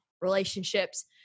relationships